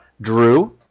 Drew